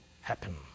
happen